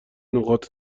نقاط